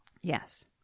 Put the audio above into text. Yes